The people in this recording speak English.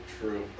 True